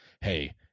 Hey